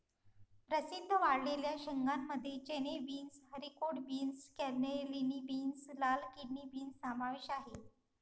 प्रसिद्ध वाळलेल्या शेंगांमध्ये चणे, beans, haricot beans, cannellini beans, लाल किडनी बीन्स समावेश आहे